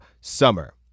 summer